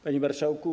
Panie Marszałku!